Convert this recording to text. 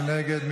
מי נגד?